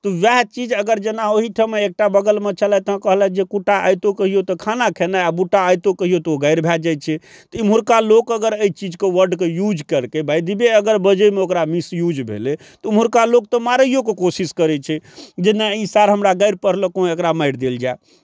तऽ उएह चीज अगर जेना ओहीठाम एकटा बगलमे छलथि हे कहलथि जे कुटा आइ तू कहियौ तऽ खाना खेनाइ आ बूटा आइ तू कहियौ तऽ ओ गारि भए जाइ छै तऽ एम्हुरका लोक अगर एहि चीजके वर्डकेँ यूज केलकै बाइ दी वे अगर बजयमे ओकरा मिसयूज भेलै तऽ ओम्हुरका लोक तऽ मारैओके कोशिश करै छै जे नहि ई सार हमरा गारि पढ़लकौ हेँ एकरा मारि देल जाय